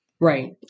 Right